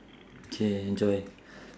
K enjoy